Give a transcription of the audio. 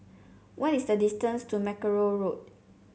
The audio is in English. what is the distance to Mackerrow Road